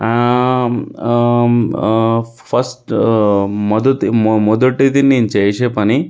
first మొదటి మొ మొదటిది నేను చేసే పని